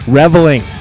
reveling